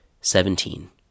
Seventeen